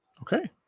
Okay